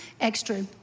extra